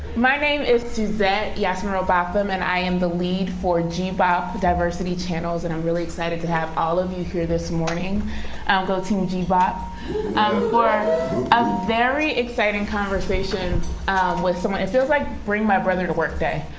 my name is suezette yasmin robotham. and i am the lead for gbop diversity channels. and i'm really excited to have all of you here this morning go, team gbop um for a very exciting conversation with someone. it feels like bring my brother to work day,